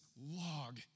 log